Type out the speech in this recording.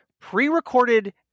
pre-recorded